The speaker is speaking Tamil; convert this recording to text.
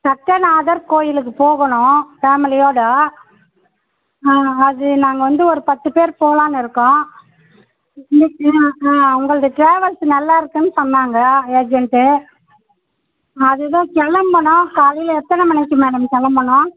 சட்டநாதர் கோயிலுக்கு போகணும் ஃபேமிலியோடு ஆ அது நாங்கள் வந்து ஒரு பத்து பேர் போகலான்னு இருக்கோம் இ ஆ ஆ உங்களது ட்ராவில்ஸ் நல்லாயிருக்குதுன்னு சொன்னாங்க ஏஜென்ட்டு அது தான் கிளம்புன்னா காலையில் எத்தனை மணிக்கு மேடம் கிளம்பணும்